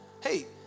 hey